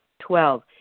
Twelve